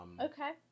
Okay